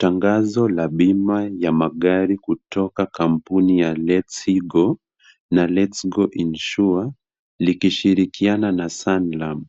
Tangazo la bima ya magari kutoka kampuni ya LetsGo na LetsGo insure, likishirikiana na Ransam.